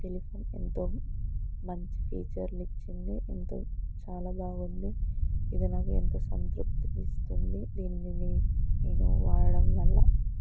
telephone ఎంతో మంచి ఫీచర్లు ఇచ్చింది ఎంతో చాలా బాగుంది ఇది నాకు ఎంతో సంతృప్తిని ఇస్తుంది దీనిని నేను వాడడం వల్ల